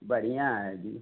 बढ़िया है जी